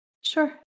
Sure